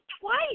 twice